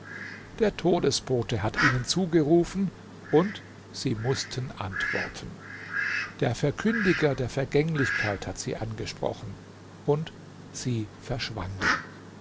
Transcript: der todesbote hat ihnen zugerufen und sie mußten antworten der verkündiger der vergänglichkeit hat sie angesprochen und sie verschwanden